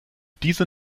diese